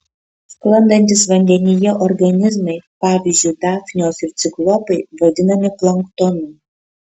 sklandantys vandenyje organizmai pavyzdžiui dafnijos ir ciklopai vadinami planktonu